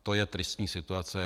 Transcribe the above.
To je tristní situace.